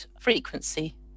frequency